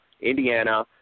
indiana